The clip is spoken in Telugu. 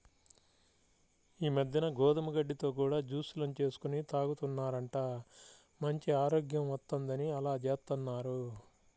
ఈ మద్దెన గోధుమ గడ్డితో కూడా జూస్ లను చేసుకొని తాగుతున్నారంట, మంచి ఆరోగ్యం వత్తందని అలా జేత్తన్నారు